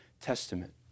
Testament